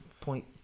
point